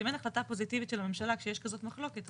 אם אין החלטה פוזיטיבית של הממשלה כשיש כזאת מחלוקת,